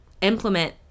implement